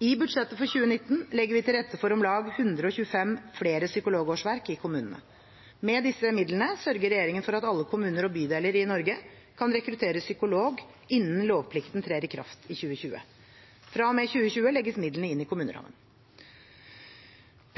I budsjettet for 2019 legger vi til rette for om lag 125 flere psykologårsverk i kommunene. Med disse midlene sørger regjeringen for at alle kommuner og bydeler i Norge kan rekruttere psykolog innen lovplikten trer i kraft i 2020. Fra og med 2020 legges midlene inn i kommunerammen.